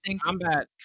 combat